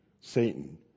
Satan